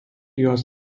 juos